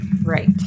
Right